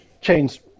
change